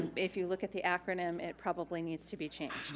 if you look at the acronym, it probably needs to be changed.